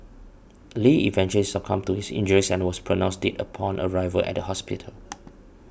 Lee eventually succumbed to his injuries and was pronounced dead upon arrival at the hospital